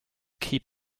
keep